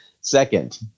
Second